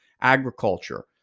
agriculture